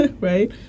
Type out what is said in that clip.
Right